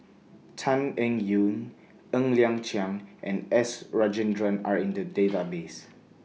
Tan Eng Yoon Ng Liang Chiang and S Rajendran Are in The Database